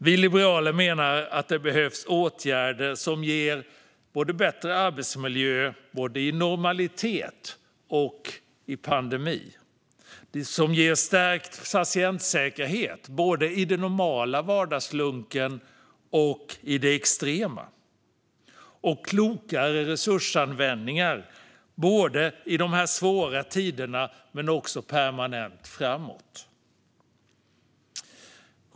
Vi liberaler menar att det behövs åtgärder som innebär bättre arbetsmiljö i både normalitet och pandemi, som innebär stärkt patientsäkerhet i både den normala vardagslunken och i det extrema. Det måste bli fråga om klokare resursanvändning i svåra tider och permanent framåt i tiden.